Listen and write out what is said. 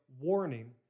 warning